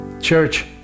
Church